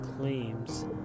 claims